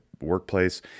workplace